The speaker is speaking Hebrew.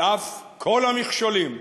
על אף כל המכשולים,